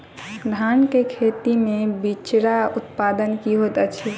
धान केँ खेती मे बिचरा उत्पादन की होइत छी?